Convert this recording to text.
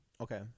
Okay